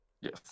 yes